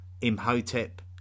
Imhotep